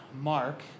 Mark